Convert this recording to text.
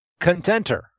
contenter